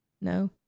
No